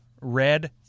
red